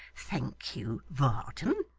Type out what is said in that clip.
thank you, varden